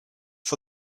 for